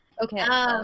Okay